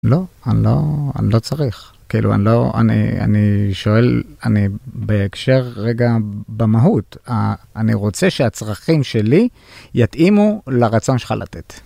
לא, אני לא צריך, כאילו אני לא, אני שואל, אני בהקשר רגע במהות, אני רוצה שהצרכים שלי יתאימו לרצון שלך לתת.